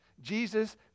Jesus